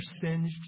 singed